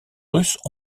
russes